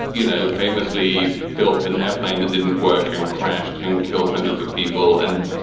you know, famously built an airplane that didn't work and crashed and killed hundreds of people and,